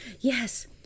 Yes